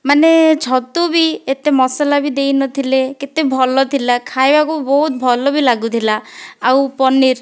ମାନେ ଛତୁ ବି ଏତେ ମସଲା ବି ଦେଇନଥିଲେ କେତେ ଭଲ ଥିଲା ଖାଇବାକୁ ବହୁତ ଭଲ ବି ଲାଗୁଥିଲା ଆଉ ପନିର